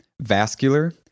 vascular